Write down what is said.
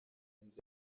hanze